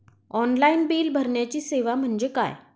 Online bill भरण्याची सेवा म्हणजे काय?